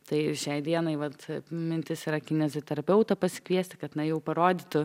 tai šiai dienai vat mintis yra kineziterapeutą pasikviesti kad na jau parodytų